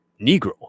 Negro